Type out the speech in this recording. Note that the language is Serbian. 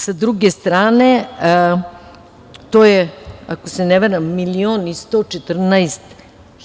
Sa druge strane, ako se ne varam, to je milion i 114